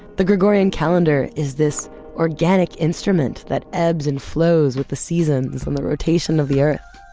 the gregorian calendar is this organic instrument that ebbs and flows with the seasons and the rotation of the earth.